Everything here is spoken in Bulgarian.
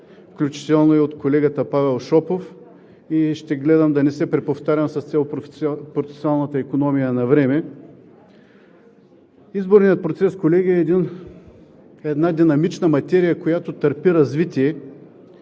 включително и от колегата Павел Шопов, и ще гледам да не се приповтарям с цел процесионалната икономия на време. Изборният процес, колеги, е една динамична материя, която търпи развитие,